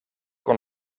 kon